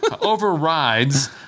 Overrides